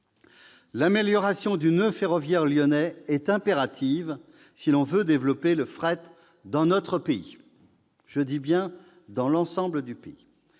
l'amélioration du noeud ferroviaire lyonnais est impérative si l'on veut développer le fret dans notre pays, dans l'ensemble du pays.